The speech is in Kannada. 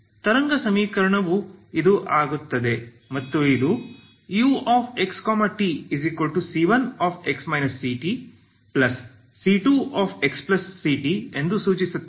ತರಂಗ ಸಮೀಕರಣವು ಇದು ಆಗುತ್ತದೆ ಮತ್ತು ಇದು uxtc1x ctc2xct ಎಂದು ಸೂಚಿಸುತ್ತದೆ